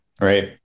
right